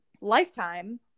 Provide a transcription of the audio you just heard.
lifetime